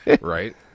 Right